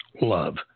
love